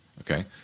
Okay